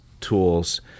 tools